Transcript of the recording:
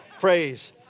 praise